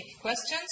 questions